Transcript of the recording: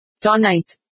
tonight